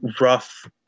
rough